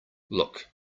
look